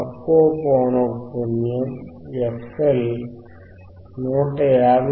తక్కువ పౌనఃపున్యం fL 159